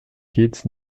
hits